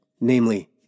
namely